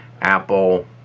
Apple